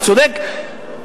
צודק,